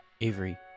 Avery